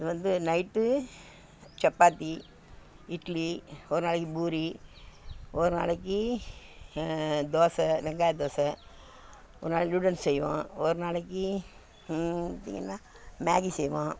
அது வந்து நைட்டு சப்பாத்தி இட்லி ஒரு நாளைக்கு பூரி ஒரு நாளைக்கு தோசை வெங்காய தோசை ஒரு நாளைக்கு நூடுல்ஸ் செய்வோம் ஒரு நாளைக்கு இது என்ன மேகி செய்வோம்